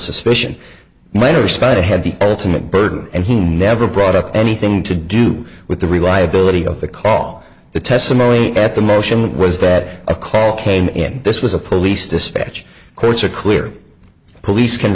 suspend minor spite head the ultimate burden and he never brought up anything to do with the reliability of the call the testimony at the motion was that a call came in this was a police dispatch courts are clear police can